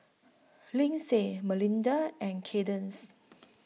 Lindsey Melinda and Cadence